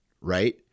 Right